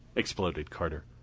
exploded carter.